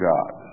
God